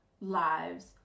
lives